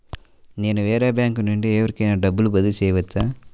నేను వేరే బ్యాంకు నుండి ఎవరికైనా డబ్బు బదిలీ చేయవచ్చా?